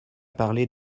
parlé